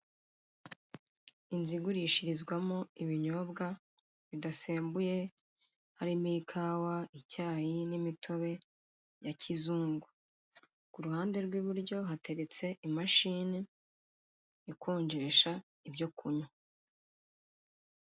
Inzu igurishirizwamo ibinyobwa bidasembuye, harimo; ikawa, icyayi, n'imitobe ya kizungu kuruhande rw'iburyo hateretse imashini ikonjesha ibyo kunywa.